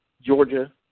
Georgia